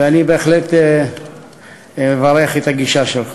ואני בהחלט מברך על הגישה שלך.